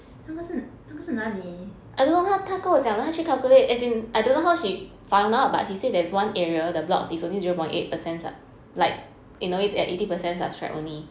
那个是那个是哪里